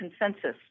consensus